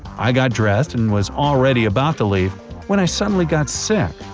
i got dressed and was already about to leave when i suddenly got sick.